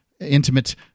intimate